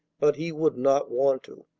but he would not want to.